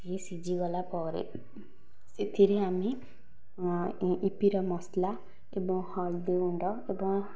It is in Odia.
ସେ ସିଝିଗଲା ପରେ ସେଥିରେ ଆମେ ଇପି ର ମସଲା ଏବଂ ହଳଦୀ ଗୁଣ୍ଡ ଏବଂ